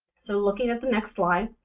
so looking at the next slide,